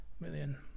million